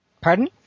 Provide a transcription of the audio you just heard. Pardon